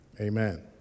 Amen